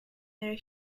their